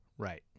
Right